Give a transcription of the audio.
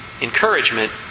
encouragement